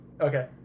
Okay